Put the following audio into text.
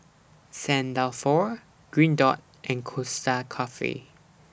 Saint Dalfour Green Dot and Costa Coffee